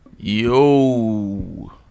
yo